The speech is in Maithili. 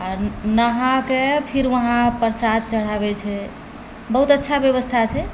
आओर नहाके फिर वहाँ प्रसाद चढ़ाबैत छै बहुत अच्छा व्यवस्था छै